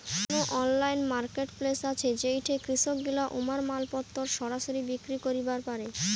কুনো online marketplace আছে যেইঠে কৃষকগিলা উমার মালপত্তর সরাসরি বিক্রি করিবার পারে?